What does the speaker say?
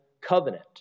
Covenant